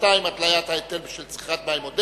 חקיקה ליישום התוכנית הכלכלית לשנים 2009 ו-2010)